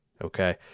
Okay